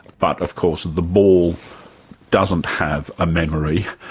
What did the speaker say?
but, of course, the ball doesn't have a memory.